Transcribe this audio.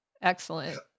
Excellent